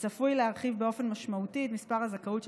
וצפוי להרחיב באופן משמעותי את מספר מקרי הזכאות של